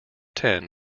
ten